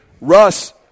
Russ